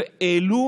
והעלו